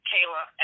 Kayla